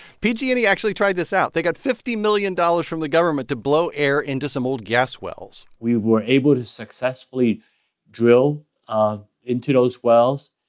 pg and e actually tried this out. they got fifty million dollars from the government to blow air into some old gas wells we were able to successfully drill um into those wells,